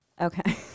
Okay